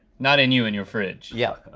not in you, in your fridge. yeah.